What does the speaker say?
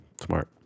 smart